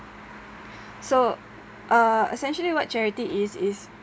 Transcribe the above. so uh essentially what charity is is